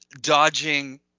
dodging